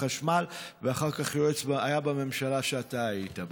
החשמל ואחר כך היה יועץ בממשלה שאתה היית בה.